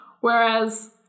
whereas